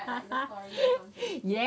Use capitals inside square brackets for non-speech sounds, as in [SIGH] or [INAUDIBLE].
[LAUGHS] [BREATH]